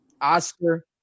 Oscar